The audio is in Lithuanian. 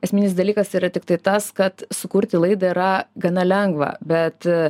esminis dalykas yra tiktai tas kad sukurti laidą yra gana lengva bet